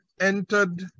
entered